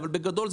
אבל בגדול,